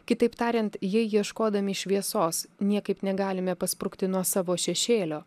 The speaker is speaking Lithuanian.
kitaip tariant jei ieškodami šviesos niekaip negalime pasprukti nuo savo šešėlio